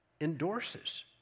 endorses